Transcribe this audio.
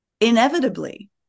inevitably